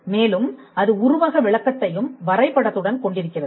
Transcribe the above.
மேலும் அது உருவக விளக்கத்தையும் வரைபடத்துடன் கொண்டிருக்கிறது